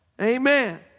Amen